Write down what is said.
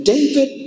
David